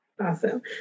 Awesome